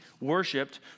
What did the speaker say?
worshipped